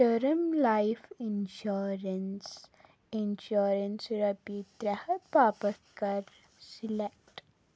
term life insurance insurance رۄپیہِ ترٛےٚ ہَتھ باپَتھ کَر سِلؠکٹ